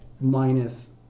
minus